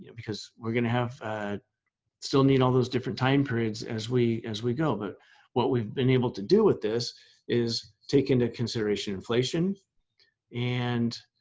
because we're gonna have still need all those different time periods as we as we go. but what we've been able to do with this is take into consideration inflation and